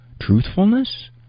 truthfulness